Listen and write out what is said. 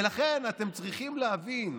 ולכן אתם צריכים להבין,